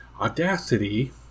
Audacity